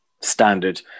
Standard